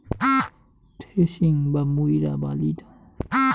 থ্রেশিংকে মুইরা বলি ধান মাড়াই বা ধান ঝাড়া, যেটা ধানকে খড় থুই আলাদা করাং